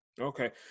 Okay